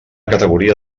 categoria